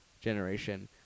generation